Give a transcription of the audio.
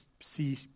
see